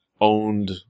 owned